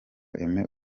aime